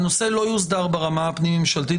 הנושא לא יוסדר ברמה הפנים-ממשלתית